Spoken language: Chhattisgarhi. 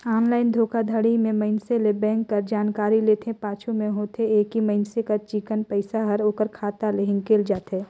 ऑनलाईन धोखाघड़ी में मइनसे ले बेंक कर जानकारी लेथे, पाछू में होथे ए कि मइनसे कर चिक्कन पइसा हर ओकर खाता ले हिंकेल जाथे